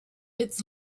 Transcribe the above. its